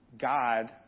God